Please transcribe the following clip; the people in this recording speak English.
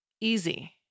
easy